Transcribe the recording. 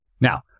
Now